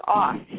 off